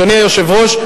אדוני היושב-ראש,